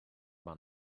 man